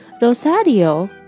Rosario